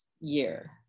year